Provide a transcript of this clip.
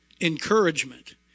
encouragement